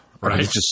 Right